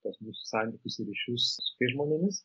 tuos mūsų santykius ryšius su tais žmonėmis